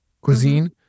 cuisine